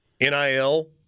NIL